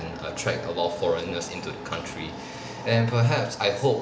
attract a lot of foreigners into the country and perhaps I hope